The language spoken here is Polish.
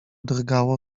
drgało